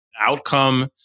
outcome